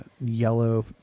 yellow